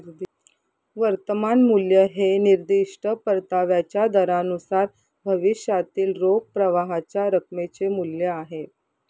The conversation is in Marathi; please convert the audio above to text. वर्तमान मूल्य हे निर्दिष्ट परताव्याच्या दरानुसार भविष्यातील रोख प्रवाहाच्या रकमेचे मूल्य आहे